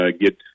get